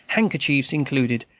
handkerchiefs included.